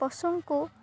ପଶୁଙ୍କୁ